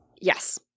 Yes